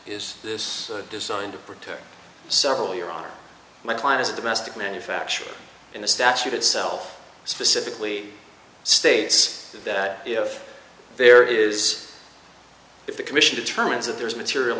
is this designed to protect several year on my client is a domestic manufacturer in the statute itself specifically states that if there is if the commission determines that there's material